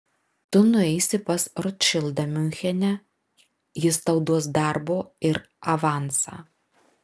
tu nueisi pas rotšildą miunchene jis tau duos darbo ir avansą